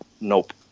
Nope